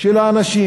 של האנשים,